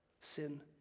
Sin